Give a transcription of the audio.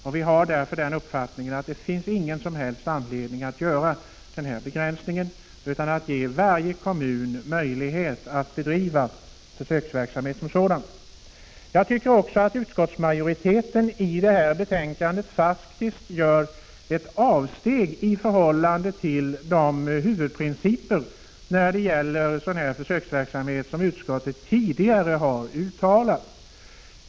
Det finns därför, som vi ser det, ingen som helst anledning att göra en sådan begränsning, utan varje kommun bör ges möjlighet att bedriva försöksverksamheten som sådan. Jag tycker vidare att utskottsmajoriteten i det här betänkandet faktiskt har gjort ett avsteg från de huvudprinciper för försöksverksamhet av detta slag som utskottet tidigare har uttalat.